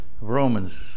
Romans